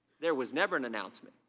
there was never an announcement.